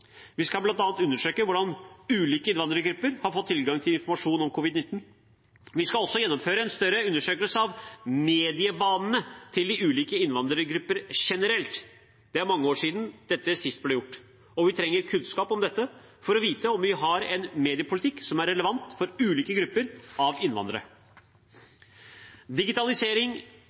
Vi skal bl.a. undersøke hvordan ulike innvandrergrupper har fått tilgang til informasjon om covid-19. Vi skal også gjennomføre en større undersøkelse av medievanene til ulike innvandrergrupper generelt. Det er mange år siden dette sist ble gjort. Og vi trenger kunnskap om dette for å vite om vi har en mediepolitikk som er relevant for ulike grupper av innvandrere.